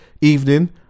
evening